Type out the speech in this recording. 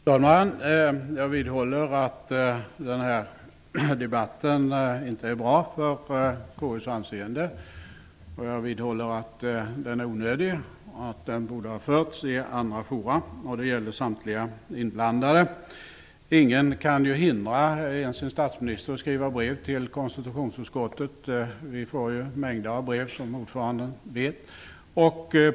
Fru talman! Jag vidhåller att den här debatten inte är bra för KU:s anseende, och jag vidhåller att den är onödig. Den borde ha förts i andra forum, och det gäller samtliga inblandade. Ingen kan hindra ens en statsminister att skriva brev till konstitutionsutskottet. Vi får ju mängder av brev, som ordföranden vet.